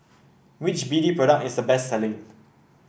which B D product is the best selling